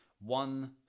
one